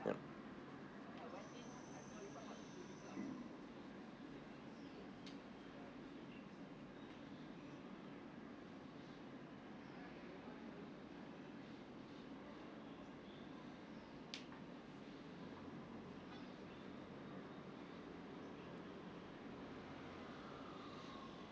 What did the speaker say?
yup